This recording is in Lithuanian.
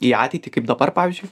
į ateitį kaip dabar pavyzdžiui